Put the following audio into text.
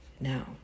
now